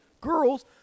girls